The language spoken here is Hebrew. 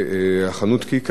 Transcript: שהעסיקה מאות עובדים,